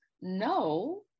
no